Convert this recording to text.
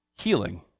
healing